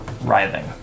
Writhing